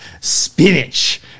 spinach